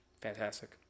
fantastic